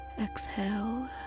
exhale